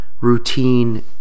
Routine